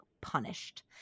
punished